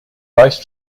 vice